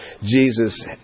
Jesus